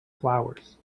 flowers